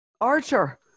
Archer